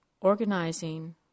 organizing